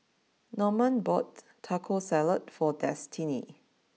Normand bought Taco Salad for Destiney